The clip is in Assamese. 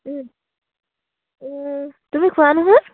তুমি খোৱা নহয়